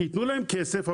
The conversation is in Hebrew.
יתנו להם כסף,